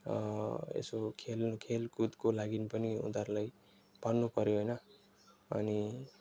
यसो खेल खेलकुदको लागि पनि उनीहरूलाई भन्नु पऱ्यो होइन अनि